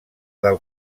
del